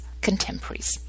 contemporaries